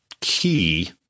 key